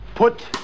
Put